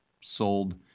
sold